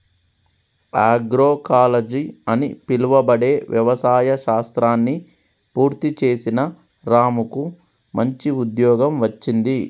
agroecology అని పిలువబడే వ్యవసాయ శాస్త్రాన్ని పూర్తి చేసిన రాముకు మంచి ఉద్యోగం వచ్చింది